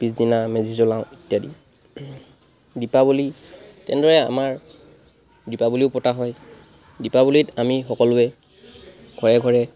পিছদিনা মেজি জ্বলাওঁ ইত্যাদি দীপাৱলী তেনেদৰে আমাৰ দীপাৱলীও পতা হয় দীপাৱলীত আমি সকলোৱে ঘৰে ঘৰে